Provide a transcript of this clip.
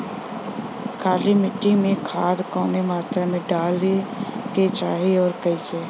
काली मिट्टी में खाद कवने मात्रा में डाले के चाही अउर कइसे?